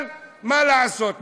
אבל מה לעשות?